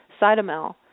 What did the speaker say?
Cytomel